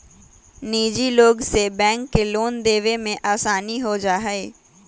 निजी लोग से बैंक के लोन देवे में आसानी हो जाहई